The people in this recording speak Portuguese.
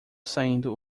saindo